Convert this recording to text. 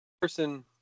person